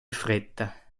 fretta